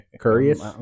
curious